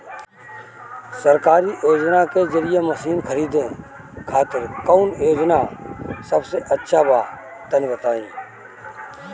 सरकारी योजना के जरिए मशीन खरीदे खातिर कौन योजना सबसे अच्छा बा तनि बताई?